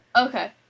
Okay